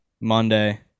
Monday